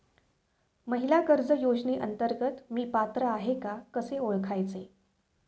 महिला कर्ज योजनेअंतर्गत मी पात्र आहे का कसे ओळखायचे?